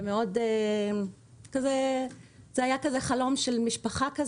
זה היה מין חלום של משפחה,